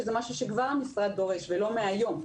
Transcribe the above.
שזה משהו שהמשרד דורש לא מהיום,